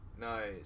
Nice